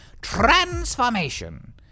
transformation